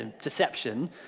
deception